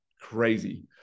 crazy